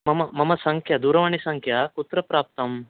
मम संख्या दूरवाणीसंख्या कुत्र प्राप्तं